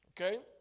Okay